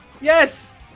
Yes